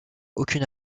aucune